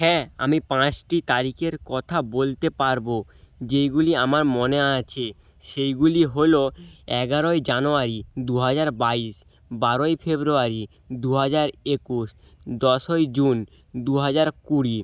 হ্যাঁ আমি পাঁচটি তারিখের কথা বলতে পারবো যেইগুলি আমার মনে আছে সেইগুলি হলো এগারোই জানুয়ারী দুহাজার বাইশ বারোই ফেব্রুয়ারি দুহাজার একুশ দশই জুন দুহাজার কুড়ি